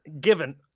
given